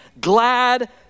glad